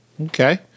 Okay